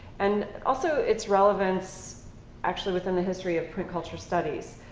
and also its relevance actually within the history of print culture studies.